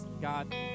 God